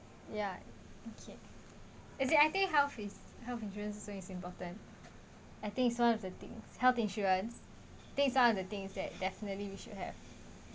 ya okay as it I think health is health insurance so it's important I think it's one of the things health insurance these are the things that definitely we should have